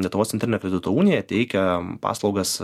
lietuvos centrinė kredito unija teikia paslaugas